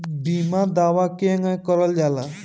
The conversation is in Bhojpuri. बीमा दावा केगा करल जाला?